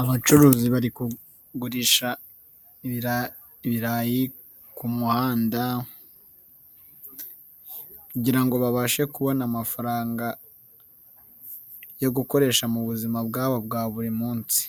Abacuruzi bari kugurisha ibirayi ku muhanda, kugirango babashe kubona amafaranga yo gukoresha muzima bwabo bwa buri munsi.